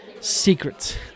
secrets